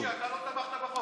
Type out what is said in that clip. ברושי, אתה לא תמכת בחוק.